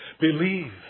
Believe